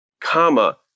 comma